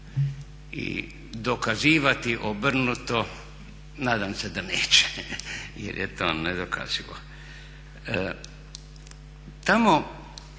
I dokazivati obrnuto nadam se da neće jer je to nedokazivo.